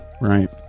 right